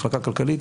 המחלקה הכלכלית,